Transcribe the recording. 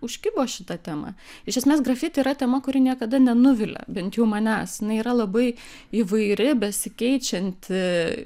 užkibo šita tema iš esmės grafiti yra tema kuri niekada nenuvilia bent jau manęs jinai yra labai įvairi besikeičianti